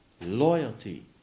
loyalty